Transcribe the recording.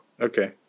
Okay